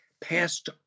passed